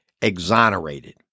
exonerated